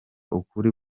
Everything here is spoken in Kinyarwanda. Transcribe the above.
ukuri